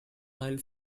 mile